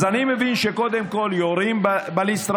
אז אני מבין שקודם כול יורים בליסטראות,